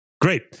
Great